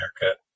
haircut